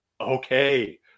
okay